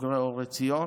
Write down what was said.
בוגרי אור עציון,